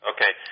Okay